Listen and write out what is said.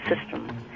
system